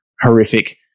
horrific